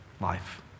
life